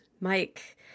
Mike